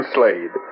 Slade